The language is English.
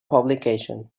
publication